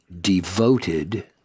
devoted